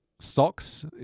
socks